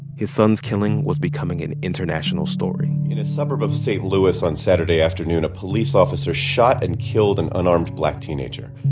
his son's killing was becoming an international story in a suburb of st. louis on saturday afternoon, a police officer shot and killed an unarmed black teenager.